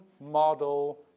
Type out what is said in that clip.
model